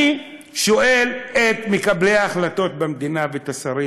אני שואל את מקבלי ההחלטות במדינה ואת השרים: